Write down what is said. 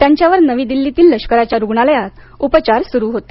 त्यांच्यावर नवी दिल्लीतील लष्कराच्या रुग्णालयात उपचार सुरु होते